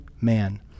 man